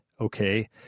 Okay